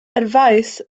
advice